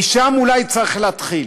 מזה אולי צריך להתחיל.